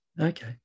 okay